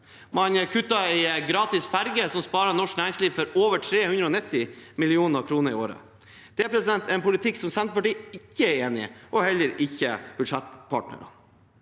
Man kutter i gratis ferge, som sparer norsk næringsliv for over 390 mill. kr i året. Det er en politikk Senterpartiet ikke er enig i, og heller ikke budsjettpartnerne.